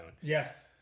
Yes